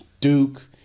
Duke